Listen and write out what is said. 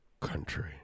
country